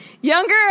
younger